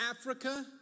Africa